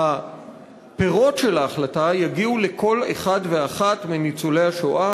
שהפירות של ההחלטה באמת יגיעו לכל אחד ואחת מניצולי השואה.